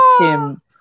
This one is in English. Tim